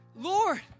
Lord